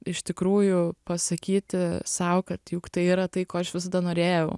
iš tikrųjų pasakyti sau kad juk tai yra tai ko aš visada norėjau